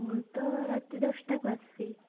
ମୁଁ ତ ରାତି ଦଶଟାକୁ ଆସୁଛି